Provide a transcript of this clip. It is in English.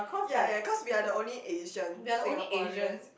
ya ya cause we are the only Asian Singaporean